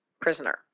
prisoner